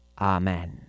Amen